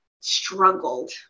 struggled